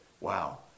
wow